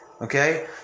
okay